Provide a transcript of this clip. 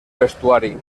vestuari